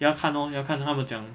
要看 lor 要看他们怎样